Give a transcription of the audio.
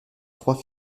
trois